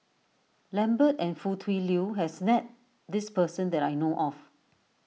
Lambert and Foo Tui Liew has met this person that I know of